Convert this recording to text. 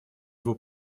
его